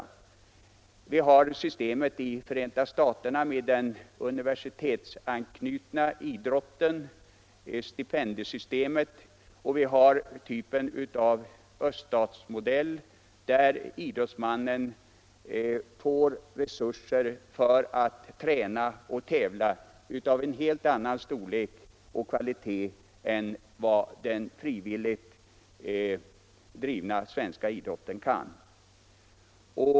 Vi har systemet med den universitetsanknutna idrotten i Förenta staterna, stipendiesystemet, och vi har öststatsmodellen där idrottsmännen får resurser att träna och tävla av en helt annan storlek och kvalitet än vad den frivilligt drivna svenska idrotten kan ge.